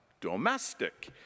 domestic